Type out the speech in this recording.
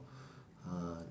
uh